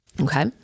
Okay